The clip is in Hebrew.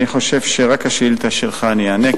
אני חושב שרק על השאילתא שלך אני אענה,